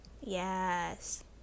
Yes